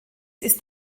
ist